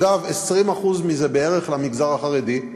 אגב, 20% מזה בערך למגזר החרדי,